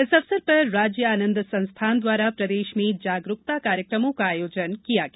इस अवसर पर राज्य आनंद संस्थान द्वारा प्रदेश में जागरूकता कार्यक्रमों का आयोजन किया गया